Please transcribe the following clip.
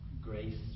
grace